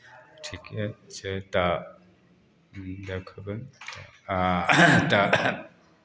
ठीके छै तऽ देखबै आ तऽ